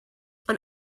ond